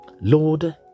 Lord